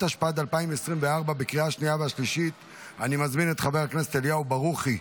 התשפ"ד 2024. אני מזמין את חבר הכנסת אליהו ברוכי,